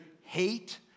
hate